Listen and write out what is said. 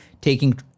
taking